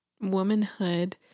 womanhood